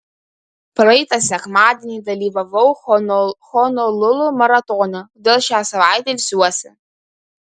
praeitą sekmadienį dalyvavau honolulu maratone todėl šią savaitę ilsiuosi